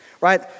Right